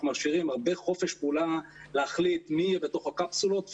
משאירים הרבה חופש פעולה להחליט מי יהיה בתוך הקפסולות,